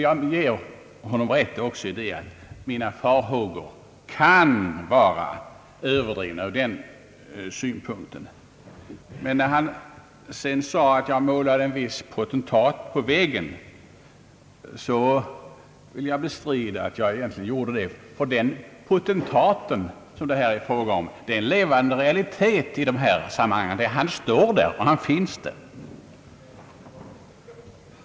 Jag ger honom också rätt i att mina farhågor kan vara överdrivna ur den synpunkten, men när han sedan sade att jag målade en viss potentat på väggen så vill jag bestrida det, ty den potentaten som det här är fråga om är en levande realitet i detta sammanhang. Han står där, och han finns där.